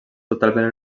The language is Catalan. totalment